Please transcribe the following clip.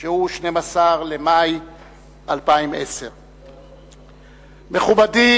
הוא 12 במאי 2010. מכובדי